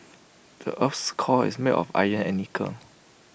the Earth's core is made of iron and nickel